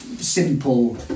Simple